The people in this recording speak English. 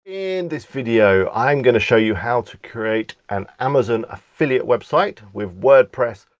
in this video, i'm going to show you how to create an amazon affiliate website with wordpress,